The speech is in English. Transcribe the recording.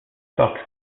fox